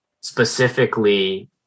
specifically